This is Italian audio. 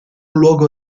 luogo